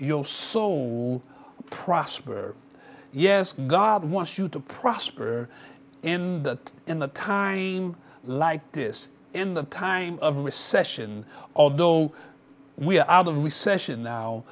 your soul prosper yes god wants you to prosper in that in the time like this in the time of recession although we are out of recession now